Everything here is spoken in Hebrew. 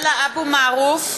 עמר בר-לב,